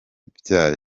byayo